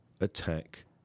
attack